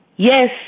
Yes